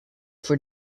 for